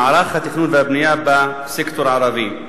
מערך התכנון והבנייה בסקטור הערבי.